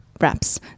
wraps